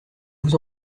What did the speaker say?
vous